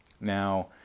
Now